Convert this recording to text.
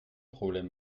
problème